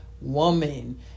woman